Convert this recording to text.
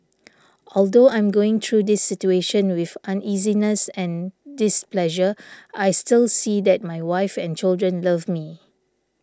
although I'm going through this situation with uneasiness and displeasure I still see that my wife and children love me